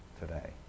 today